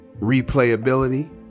Replayability